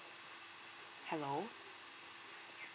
hello